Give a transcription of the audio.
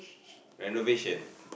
renovation